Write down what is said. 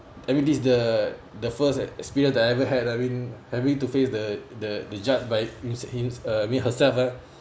I mean this is the the first experience that I ever had I mean I mean having to face the the the judge by him~ him~ uh I mean herself ah